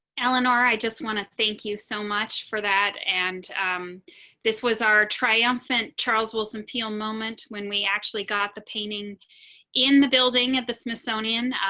eleanor, i just want to thank you so much for that. and um this was our triumphant charles will some peel moment when we actually got the painting in the building at the smithsonian,